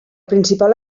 principal